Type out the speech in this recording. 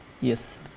Yes